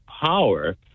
power